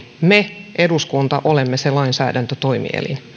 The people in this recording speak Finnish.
me eduskunta olemme se lainsäädäntötoimielin